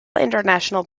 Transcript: international